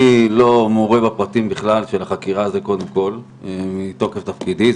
אני לא מעורה בפרטים של החקירה מתוקף תפקידי.